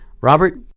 robert